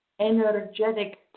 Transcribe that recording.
energetic